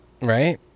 Right